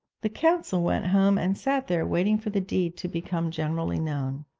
the consul went home and sat there waiting for the deed to become generally known.